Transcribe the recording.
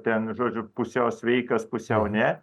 ten žodžiu pusiau sveikas pusiau ne